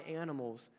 animals